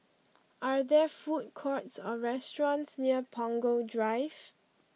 are there food courts or restaurants near Punggol Drive